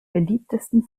beliebtesten